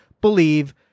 believe